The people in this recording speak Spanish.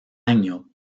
año